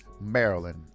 Maryland